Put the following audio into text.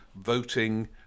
voting